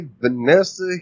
Vanessa